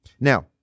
Now